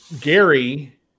gary